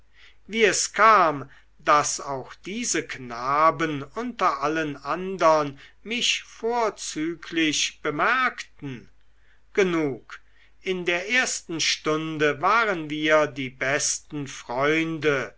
wie es kam daß auch diese knaben unter allen andern mich vorzüglich bemerkten genug in der ersten stunde waren wir die besten freunde